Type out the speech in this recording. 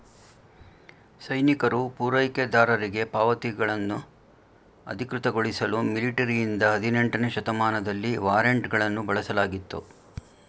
ಸೈನಿಕರು ಪೂರೈಕೆದಾರರಿಗೆ ಪಾವತಿಗಳನ್ನು ಅಧಿಕೃತಗೊಳಿಸಲು ಮಿಲಿಟರಿಯಿಂದ ಹದಿನೆಂಟನೇ ಶತಮಾನದಲ್ಲಿ ವಾರೆಂಟ್ಗಳನ್ನು ಬಳಸಲಾಗಿತ್ತು